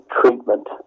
treatment